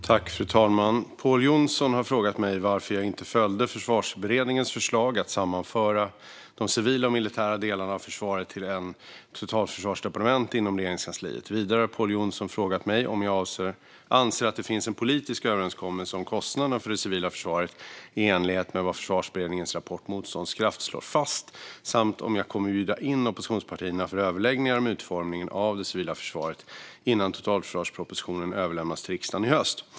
Svar på interpellationer Fru talman! har frågat mig varför jag inte följde Försvarsberedningens förslag att sammanföra de civila och militära delarna av försvaret till ett totalförsvarsdepartement inom Regeringskansliet. Vidare har Pål Jonson frågat mig om jag anser att det finns en politisk överenskommelse om kostnaderna för det civila försvaret i enlighet med vad Försvarsberedningens rapport Motståndskraft slår fast samt om jag kommer att bjuda in oppositionspartierna för överläggningar om utformningen av det civila försvaret innan totalförsvarspropositionen överlämnas till riksdagen i höst.